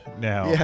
now